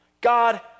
God